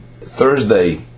Thursday